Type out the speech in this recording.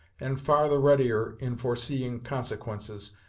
and far the readier in foreseeing consequences,